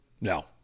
No